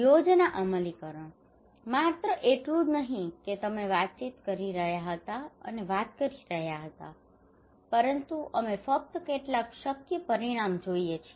યોજના અમલીકરણ માત્ર એટલું જ નહીં કે તમે વાતચીત કરી રહ્યા હતા અને વાત કરી રહ્યા હતા પરંતુ અમે ફક્ત કેટલાક શક્ય પરિણામ જોઈએ છીએ